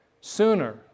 Sooner